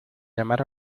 llamar